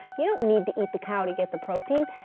you don't need to eat the cow to get the protein.